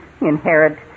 Inherit